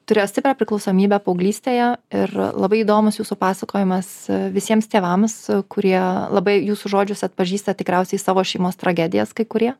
turėjo stiprią priklausomybę paauglystėje ir labai įdomus jūsų pasakojimas visiems tėvams kurie labai jūsų žodžius atpažįsta tikriausiai savo šeimos tragedijas kai kurie